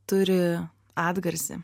turi atgarsį